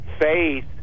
faith